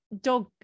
dog